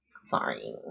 Sorry